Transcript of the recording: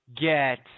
get